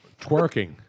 Twerking